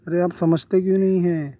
ارے آپ سمجھتے کیوں نہیں ہیں